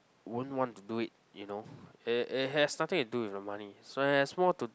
won't want to do it you know it it has nothing to do with the money so there's more to